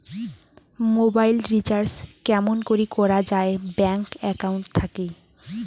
Mobile recharge কেমন করি করা যায় ব্যাংক একাউন্ট থাকি?